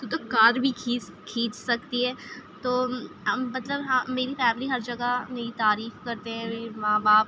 تو تو کار بھی کھینچ کھینچ سکتی ہے تو مطلب ہاں میری فیملی ہر جگہ میری تعریف کرتے ہیں میری ماں باپ